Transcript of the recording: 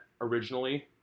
originally